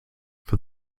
for